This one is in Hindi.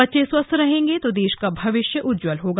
बच्चे स्वस्थ रहेंगे तो देश का भविष्य उज्ज्वल होगा